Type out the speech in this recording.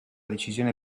decisione